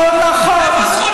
לא נכון.